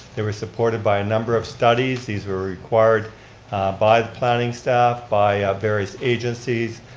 they were supported by a number of studies. these were required by planning staff, by various agencies,